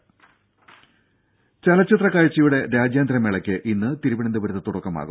രുര ചലച്ചിത്ര കാഴ്ചയുടെ രാജ്യാന്തര മേളക്ക് ഇന്ന് തിരുവനന്തപുരത്ത് തുടക്കമാവും